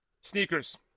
Sneakers